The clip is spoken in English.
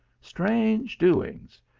strange doings!